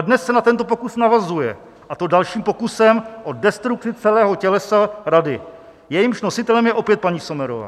Dnes se na tento pokus navazuje, a to dalším pokusem o destrukci celého tělesa Rady, jejímž nositelem je opět paní Sommerová.